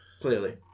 Clearly